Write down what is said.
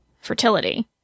fertility